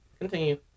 continue